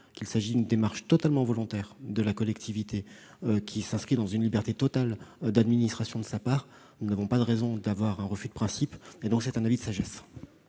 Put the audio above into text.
qu'il s'agit d'une démarche totalement volontaire de la collectivité, dans le cadre d'une liberté totale d'administration, nous n'avons pas de raison d'opposer un refus de principe. C'est un avis de sagesse.